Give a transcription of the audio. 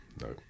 no